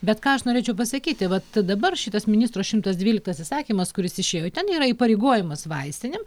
bet ką aš norėčiau pasakyti vat dabar šitas ministro šimtas dvyliktas įsakymas kuris išėjo ten yra įpareigojimas vaistinėm